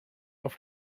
auf